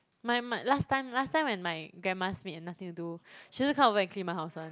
my my last time last time when my grandma's maid had nothing to do she also come over and clean my house [one]